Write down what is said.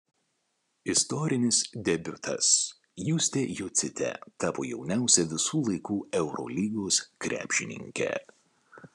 istorinis debiutas justė jocytė tapo jauniausia visų laikų eurolygos krepšininke